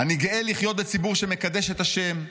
"אני גאה לחיות בציבור שמקדש את השם,